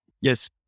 Yes